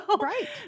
Right